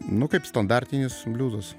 nu kaip standartinis bliuzas